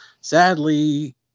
sadly